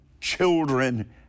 children